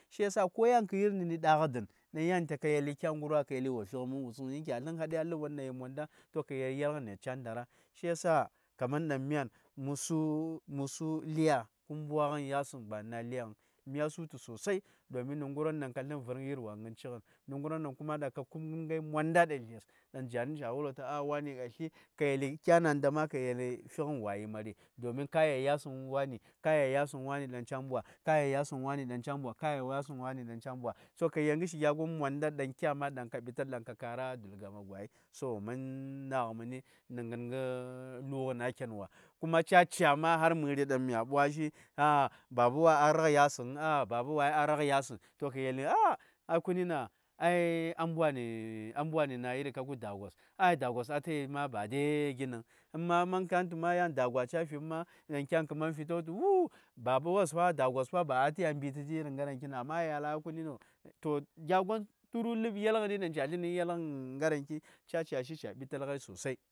Shiyasa ko-yan kə yi:r gən ya:lgəni da:gə dən, in-yan tu kya yeli kyan ngərwa, to kə yeli wo fyi daŋ kutluŋ a hadai a lhb-won daŋ zaarsə ci: mondah, to kə yel ya:lŋənes ca: ndara shi yasa kaman dang myan, “mh-su:-mh-su:” lya th bwagən ya:səŋ sosai ba nə durgə tu ya:lhnmes ca: ndara. Gi:ŋ a ca: mya:n “mh su:-mh su” lya th bwagə tun h girwon ɠan mbun; ŋ ngərwon dan kəa stln tu zaarsə da-dəan mondah. Kya nah ndah da lhbes-ma kəa yeli stlŋən-wa yi mari domin “ka yel ya:sən wani dan ca: mbwa ka yel ya:sən wani dan ca: mbwa” to-ka ma ka fyi ya:lgən kə ndir yi:səŋən wai, to mh nah nə mən lu:gən a ken wa. kuma ca ca:ma har məri gyo-dan mya:ɓwa-shi baba wa a ra:g ya:sən vhn-baba wai a rag ya:sən kəa yelli ai kunni ginha, ai “a mbwa nh a mbwa nh nah kə da:gwos”, ai-da:gwos a-ta yi mbwa-gən boll ɓastə, yan da:gwa ca: rag ya:sə vhn, se kyan kə mhan fyi to-ta: wul tu baba wos a ta-ya: mbi tə th ŋarankyn vhn ‘amma’ ya:l a yell ku’nin oh. To gya gwon, nh durgə yel-gən dan ca: stl nh yel-gən ŋarankəi ca:shi ca:ɓital ghai sosai.